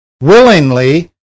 willingly